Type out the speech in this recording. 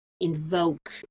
invoke